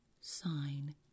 sign